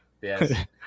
yes